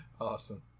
Awesome